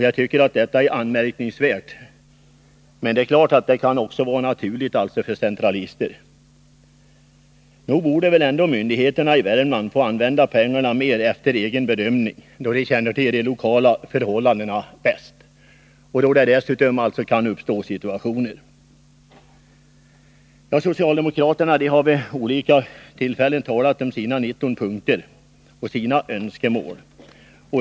Jag tycker att det är anmärkningsvärt, men det är klart att det kan vara naturligt för centralister. Nog borde väl ändå myndigheterna i Värmland få använda pengarna mer efter egen bedömning, då de känner till de lokala förhållandena bäst. Socialdemokraterna har vid olika tillfällen talat om sina 19 punkter och sina önskemål.